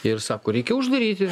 ir sako reikia uždaryti